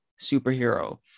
superhero